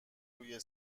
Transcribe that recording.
روی